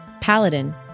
Paladin